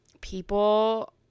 people